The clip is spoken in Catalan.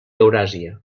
euràsia